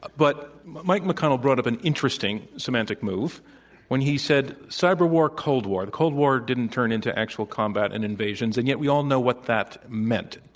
but mike mcconnell brought up an interesting semantic move when he said cyber war, cold war. the cold war didn't turn into actual combat and invasions, and yet we all know what that meant.